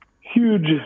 huge